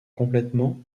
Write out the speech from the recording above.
complètement